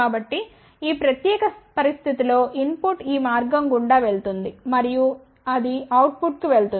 కాబట్టి ఆ ప్రత్యేక పరిస్థితి లో ఇన్ పుట్ ఈ మార్గం గుండా వెళుతుంది మరియు అది అవుట్పుట్కు వెళుతుంది